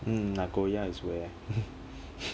mm nagoya is where